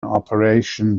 operation